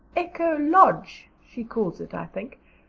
echo lodge, she calls it, i think.